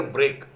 Break